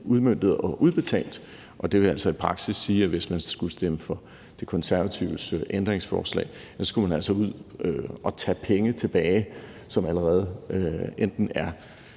udmøntet og udbetalt, og det vil altså i praksis sige, at hvis man skulle stemme for Det Konservative Folkepartis ændringsforslag, skulle man altså ud og tage penge tilbage, som allerede enten er